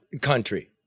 country